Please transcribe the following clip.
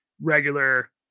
regular